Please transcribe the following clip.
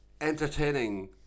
entertaining